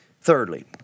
Thirdly